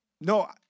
No